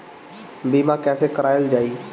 बीमा कैसे कराएल जाइ?